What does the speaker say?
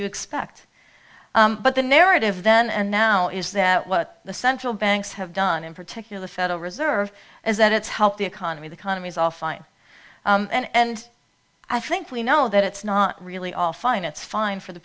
you expect but the narrative then and now is that what the central banks have done in particular federal reserve is that it's helped the economy the economy is all fine and i think we know that it's not really all fine it's fine for the